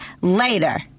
later